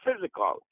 physical